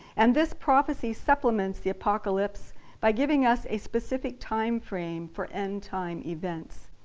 and this prophecy supplements the apocalypse by giving us a specific time-frame for end time events.